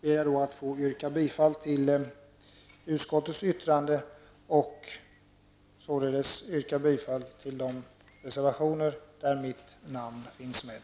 I övrigt vill jag yrka bifall till utskottets hemställan och till de reservationer där mitt namn finns med.